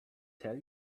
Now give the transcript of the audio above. tell